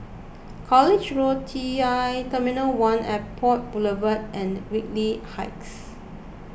College Road T l Airport Boulevard and Whitley Heights